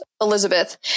Elizabeth